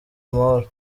amahoro